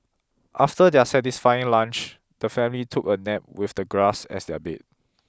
after their satisfying lunch the family took a nap with the grass as their bed